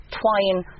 twine